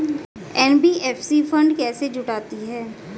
NBFC fund कैसे जुटाती है?